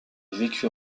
vécut